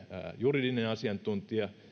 juridinen asiantuntija